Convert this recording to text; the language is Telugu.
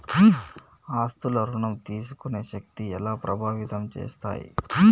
ఆస్తుల ఋణం తీసుకునే శక్తి ఎలా ప్రభావితం చేస్తాయి?